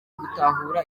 gutahura